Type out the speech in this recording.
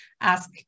ask